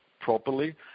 properly